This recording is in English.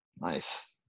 Nice